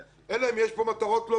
אלא אם יש פה מטרות לא ברורות.